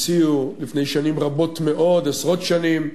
הציעו לפני שנים רבות מאוד, עשרות שנים: